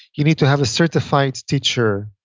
you need to have a certified teacher